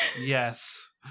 Yes